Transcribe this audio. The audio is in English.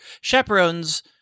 chaperones